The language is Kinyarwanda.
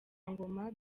ngoma